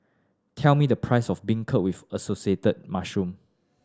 tell me the price of Beancurd with Assorted Mushrooms